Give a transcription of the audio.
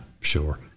sure